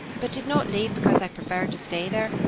but did not leave because i preferred to stay there,